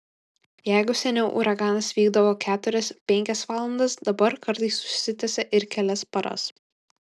jeigu seniau uraganas vykdavo keturias penkias valandas dabar kartais užsitęsia ir kelias paras